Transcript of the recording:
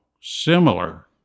similar